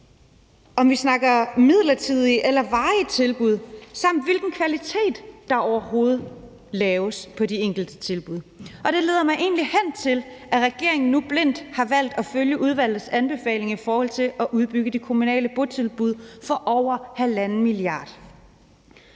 om vi snakker midlertidige eller varige tilbud, samt hvilken kvalitet der overhovedet laves på de enkelte tilbud. Det leder mig egentlig hen til, at regeringen nu blindt har valgt at følge udvalgets anbefaling i forhold til at udbygge de kommunale botilbud for over halvanden milliard